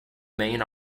main